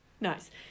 Nice